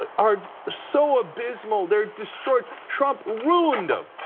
ah are so abysmal, they are destroyed. trump ruined him.